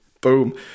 Boom